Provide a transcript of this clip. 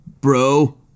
bro